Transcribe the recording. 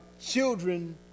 children